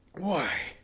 why,